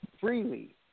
freely